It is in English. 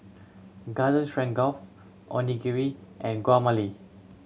Garden Stroganoff Onigiri and Guacamole